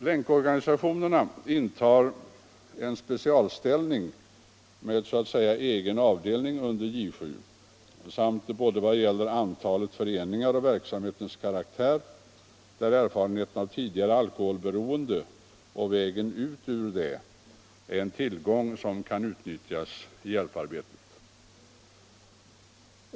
Länkorganisationerna intar en specialställning med så att säga egen avdelning under J 7 samt vad gäller både antalet föreningar och verksamhetens karaktär, varvid erfarenheten av tidigare alkoholberoende och vägen ut ur det är en tillgång för vederbörande som kan utnyttjas i hjälparbetet.